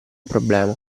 problema